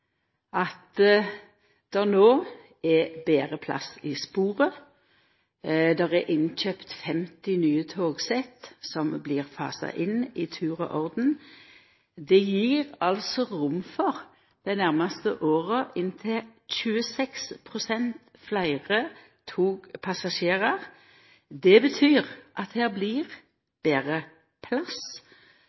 at det no er betre plass i sporet. Det er kjøpt inn 50 nye togsett, som blir fasa inn i tur og orden. Det gjev altså rom for – dei nærmaste åra – inntil 26 pst. fleire togpassasjerar. Det betyr at det blir betre plass, her blir det betre